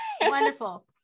wonderful